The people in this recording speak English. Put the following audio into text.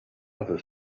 other